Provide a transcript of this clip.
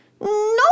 no